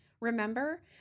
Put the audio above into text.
Remember